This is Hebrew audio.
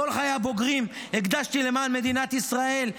את כל חיי הבוגרים הקדשתי למען מדינת ישראל,